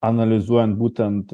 analizuojan būtent